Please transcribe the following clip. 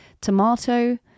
tomato